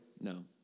No